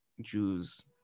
Jews